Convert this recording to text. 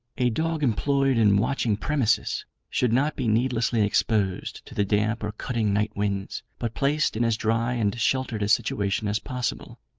a dog employed in watching premises should not be needlessly exposed to the damp or cutting night winds but placed in as dry and sheltered a situation as possible.